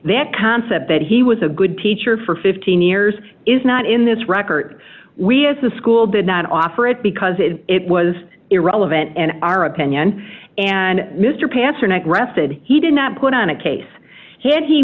that concept that he was a good teacher for fifteen years is not in this record we as the school did not offer it because it was irrelevant and our opinion and mr pasternack rested he did not put on a case he had he